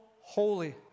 holy